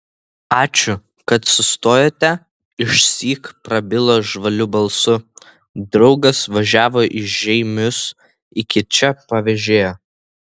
ačiū kad sustojote išsyk prabilo žvaliu balsu draugas važiavo į žeimius iki čia pavėžėjo